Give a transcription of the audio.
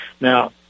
Now